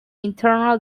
internal